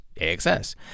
AXS